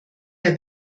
der